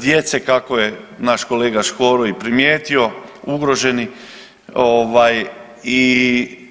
djece, kako je naš kolega Škoro i primijetio, ugroženi, ovaj, i